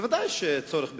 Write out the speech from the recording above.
ודאי שיש צורך בשרים.